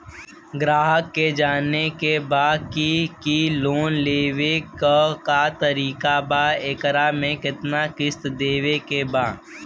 ग्राहक के जाने के बा की की लोन लेवे क का तरीका बा एकरा में कितना किस्त देवे के बा?